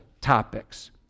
topics